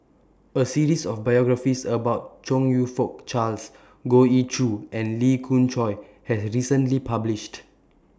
A series of biographies about Chong YOU Fook Charles Goh Ee Choo and Lee Khoon Choy was recently published